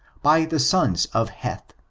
by the sons of heth.